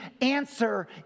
answer